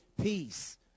Peace